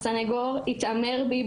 הסנגור התעמר בי,